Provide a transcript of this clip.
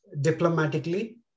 diplomatically